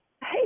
Hey